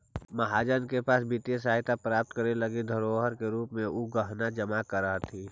महाजन के पास वित्तीय सहायता प्राप्त करे लगी धरोहर के रूप में उ गहना जमा करऽ हथि